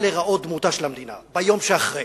להיראות דמותה של המדינה ביום שאחרי,